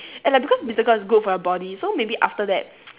and like because bitter gourd is good for your body so maybe after that